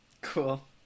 cool